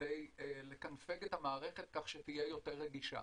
כדי לקנפג את המערכת כך שתהיה יותר רגישה.